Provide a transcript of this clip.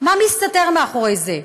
מה מסתתר מאחורי זה?